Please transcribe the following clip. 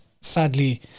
sadly